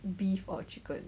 beef or chicken